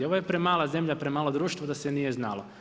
Ovo je premala zemlja, premalo društvo da se nije znalo.